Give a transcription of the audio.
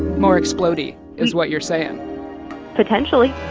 more explode-y is what you're saying potentially